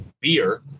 beer